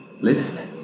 list